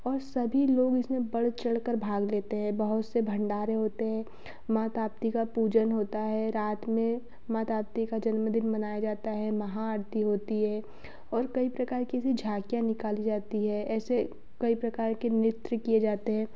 और सभी लोग इसमें बढ़ चढ़कर भाग लेते हैं बहुत से भण्डारे होते हैं माँ ताप्ती का पूजन होता है रात में माँ ताप्ती का जन्म दिन मनाया जाता है महाआरती होती है और कई प्रकार की झाँकियाँ निकाली जाती हैं ऐसे कई प्रकार के नृत्य किए जाते हैं